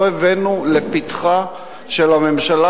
לא הבאנו לפתחה של הממשלה,